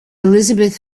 elisabeth